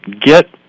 get